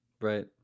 Right